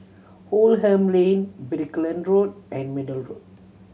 Oldham Lane Brickland Road and Middle Road